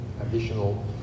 additional